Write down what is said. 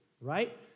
right